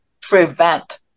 prevent